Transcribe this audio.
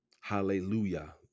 hallelujah